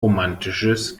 romatisches